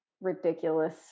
ridiculous